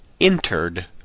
entered